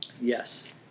Yes